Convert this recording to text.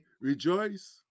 rejoice